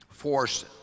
force